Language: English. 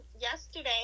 yesterday